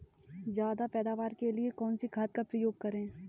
ज्यादा पैदावार के लिए कौन सी खाद का प्रयोग करें?